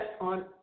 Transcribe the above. on